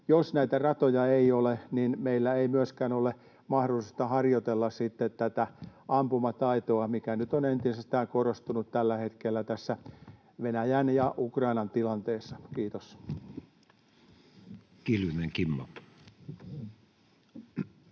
jos näitä ratoja ei ole, niin meillä ei myöskään ole mahdollisuutta harjoitella sitten tätä ampumataitoa, mikä nyt on tällä hetkellä entisestään korostunut tässä Venäjän ja Ukrainan tilanteessa. — Kiitos.